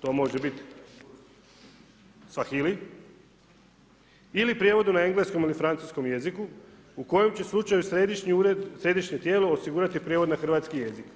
to može biti svahili ili prijevodu na engleskom ili francuskom jeziku u kojem će slučaju će središnji ured, središnje tijelo osigurati prijevod na hrvatski jezik.